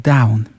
Down